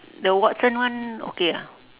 the Watson one okay ah